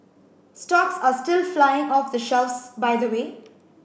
stocks are still flying off the shelves by the way